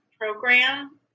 program